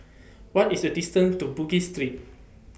What IS The distance to Bugis Street